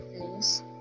please